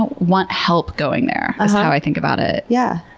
want help going there, is how i think about it. yeah,